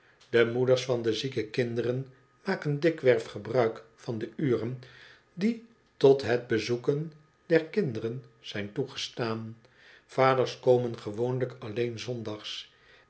de moeders van de zieke kinderen maken dikwerf gebruik van de uren die tot het bezoeken der kinderen zijn toegestaan vaders komen gewoonlijk alleen s zondags